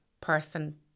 person